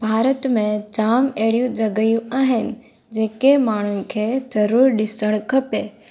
भारत में जाम अहिड़ियूं जॻहियूं आहिनि जेके माण्हुनि खे ज़रूरु ॾिसणु खपे